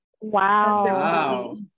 Wow